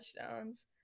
touchdowns